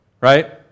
right